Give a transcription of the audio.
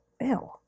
Ew